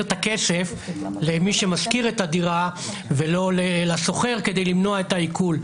את הכסף למי שמשכיר את הדירה ולא לשוכר כדי למנוע את העיקול.